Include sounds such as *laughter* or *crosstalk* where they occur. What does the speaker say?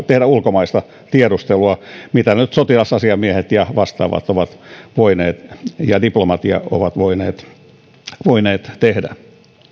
*unintelligible* tehdä ulkomaista tiedustelua mitä nyt sotilasasiamiehet ja vastaavat ja diplomatia ovat voineet voineet tehdä